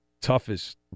toughest